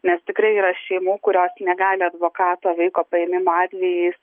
nes tikrai yra šeimų kurios negali advokato vaiko paėmimo atvejais